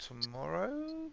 tomorrow